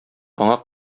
аңа